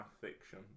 fiction